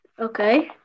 Okay